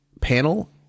panel